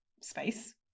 Space